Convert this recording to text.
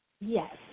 Yes